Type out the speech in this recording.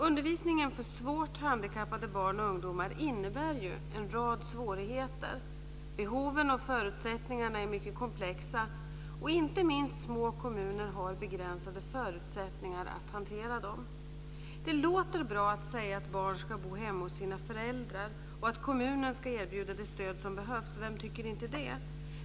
Undervisningen för svårt handikappade barn och ungdomar innebär en rad svårigheter. Behoven och förutsättningarna är mycket komplexa. Inte minst små kommuner har begränsade förutsättningar att hantera dem. Det låter bra att säga att barn ska bo hemma hos sina föräldrar och att kommunen ska erbjuda det stöd som behövs. Vem tycker inte det?